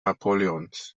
napoleons